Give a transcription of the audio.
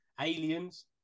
Aliens